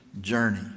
journey